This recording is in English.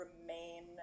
remain